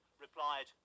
replied